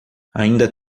ainda